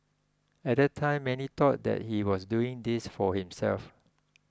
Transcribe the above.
at that time many thought that he was doing this for himself